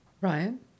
Ryan